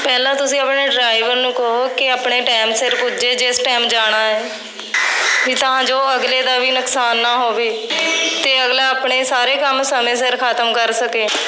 ਪਹਿਲਾਂ ਤੁਸੀਂ ਆਪਣੇ ਡਰਾਈਵਰ ਨੂੰ ਕਹੋ ਕਿ ਆਪਣੇ ਟਾਈਮ ਸਿਰ ਪੁੱਜੇ ਜਿਸ ਟਾਈਮ ਜਾਣਾ ਹੈ ਵੀ ਤਾਂ ਜੋ ਅਗਲੇ ਦਾ ਵੀ ਨੁਕਸਾਨ ਨਾ ਹੋਵੇ ਅਤੇ ਅਗਲਾ ਆਪਣੇ ਸਾਰੇ ਕੰਮ ਸਮੇਂ ਸਿਰ ਖਤਮ ਕਰ ਸਕੇ